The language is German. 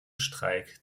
streik